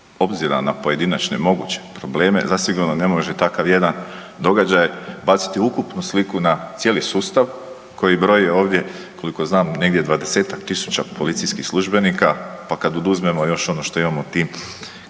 obzira na pojedinačne moguće probleme zasigurno ne može takav jedan događaj baciti ukupnu sliku na cijeli sustav koji broji ovdje koliko znam negdje 20-tak tisuća policijskih službenika, pa kad oduzmemo još ono što imamo u tim,